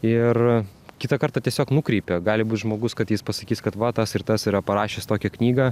ir kitą kartą tiesiog nukreipia gali būt žmogus kad jis pasakys kad va tas ir tas yra parašęs tokią knygą